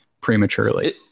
prematurely